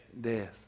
death